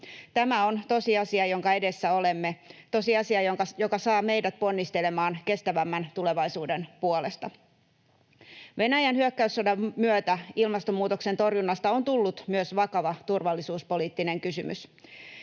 Tämä on tosiasia, jonka edessä olemme, tosiasia, joka saa meidät ponnistelemaan kestävämmän tulevaisuuden puolesta. Venäjän hyökkäyssodan myötä ilmastonmuutoksen torjunnasta on tullut myös vakava turvallisuuspoliittinen kysymys.